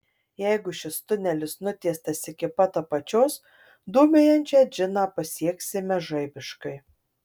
jeigu šis tunelis nutiestas iki pat apačios dūmijančią džiną pasieksime žaibiškai